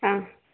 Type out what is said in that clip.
ಹಾಂ